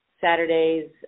Saturdays